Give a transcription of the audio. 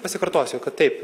pasikartosiu kad taip